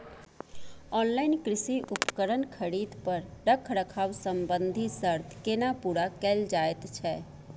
Online कृषि उपकरण खरीद पर रखरखाव संबंधी सर्त केना पूरा कैल जायत छै?